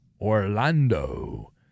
Orlando